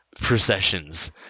Processions